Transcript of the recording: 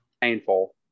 painful